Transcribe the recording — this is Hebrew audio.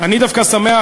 אני דווקא שמח,